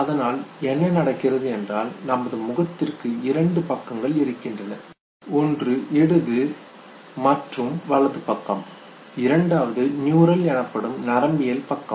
அதனால் என்ன நடக்கிறது என்றால் நமது முகத்திற்கு இரண்டு பக்கங்கள் இருக்கின்றன ஒன்று இடது மற்றும் வலது பக்கம் இரண்டாவது நியூரல் எனப்படும் நரம்பியல் பக்கம்